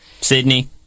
Sydney